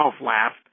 laughed